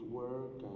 work